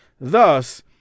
Thus